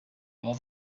all